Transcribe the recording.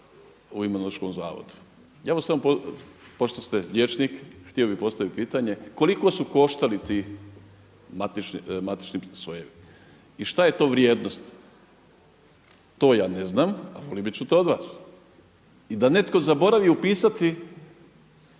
u Imunološkom zavodu. Ja samo pošto ste liječnik htio bih postaviti pitanje koliko su koštali ti matični sojevi? I šta je to vrijednost to ja ne znam, a volio bih čuti od vas. I da netko zaboravi opisati,